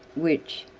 which,